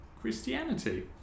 Christianity